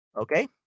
Okay